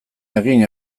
egin